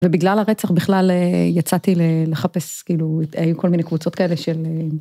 ובגלל הרצח בכלל יצאתי לחפש כאילו, היו כל מיני קבוצות כאלה של...